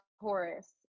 Taurus